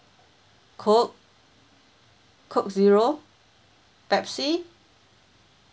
coke coke zero pepsi